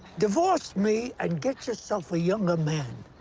divorce me and get yourself a younger man.